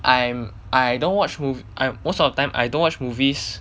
I'm I don't watch movie I most of the time I don't watch movies